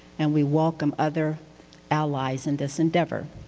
and we welcome other allies in this endeavor.